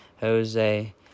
Jose